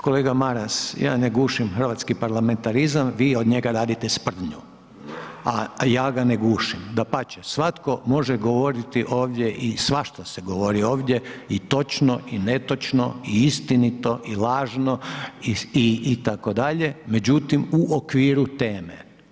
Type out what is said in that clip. Kolega Maras, ja ne gušim hrvatski parlamentarizam, vi od njega radite sprdnju a ja ga ne gušim, dapače, svatko može govoriti ovdje i svašta se govori ovdje i točno i netočno i istinito i lažno itd. međutim u okviru teme.